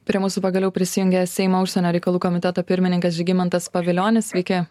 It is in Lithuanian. prie mūsų pagaliau prisijungė seimo užsienio reikalų komiteto pirmininkas žygimantas pavilionis sveiki